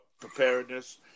preparedness